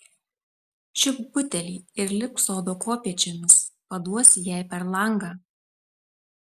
čiupk butelį ir lipk sodo kopėčiomis paduosi jai per langą